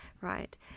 Right